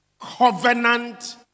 covenant